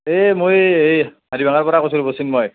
এই মই এই পৰা কৈছোঁ ৰব চিন্ময়